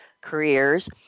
careers